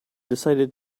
decided